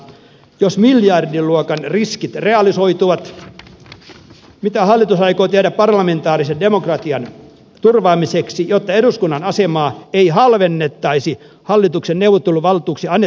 jos miljardiluokan riskit realisoituvat mitä hallitus aikoo tehdä parlamentaarisen demokratian turvaamiseksi jotta eduskunnan asemaa ei halvennettaisiin hallituksen neuvotteluvaltuuksiani